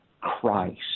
Christ